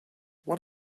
what